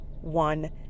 one